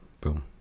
Boom